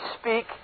speak